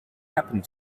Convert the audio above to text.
happened